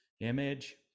image